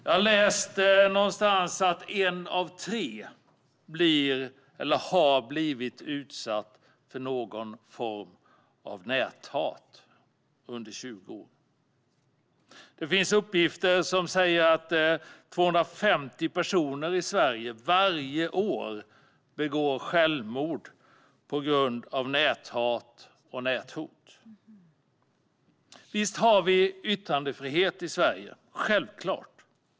Jag har läst någonstans att en av tre blir eller har blivit utsatt för någon form av näthat. Det finns uppgifter som säger att 250 personer i Sverige varje år begår självmord på grund av näthat och näthot. Visst har vi yttrandefrihet i Sverige - självklart.